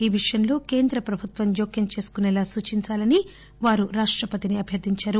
ఈ విషయం లో కేంద్ర ప్రభుత్వం జోక్యం చేసుకొసేలా సూచించాలని వారు రాష్టపతి ని అభ్యర్ధించారు